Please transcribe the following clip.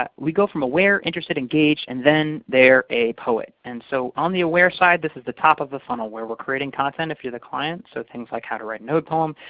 but we go from aware, interested, and engaged, and then they're a poet. and so on the aware side, this is the top of the funnel, where we're creating content, if you're the client, so things like how to write an ode poem.